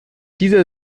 dieser